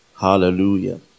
hallelujah